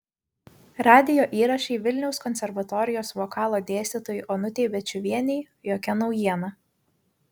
radijo įrašai vilniaus konservatorijos vokalo dėstytojai onutei bėčiuvienei jokia naujiena